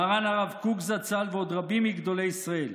מרן הרב קוק זצ"ל ועוד רבים מגדולי ישראל.